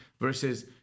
versus